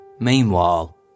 Meanwhile